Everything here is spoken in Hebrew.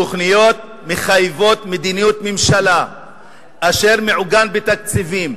תוכניות מחייבות מדיניות מממשלה אשר מעוגנת בתקציבים.